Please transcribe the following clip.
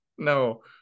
No